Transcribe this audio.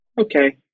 okay